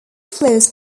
flows